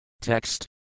Text